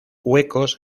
huecos